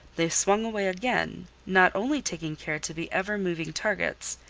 they swung away again not only taking care to be ever moving targets,